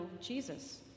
Jesus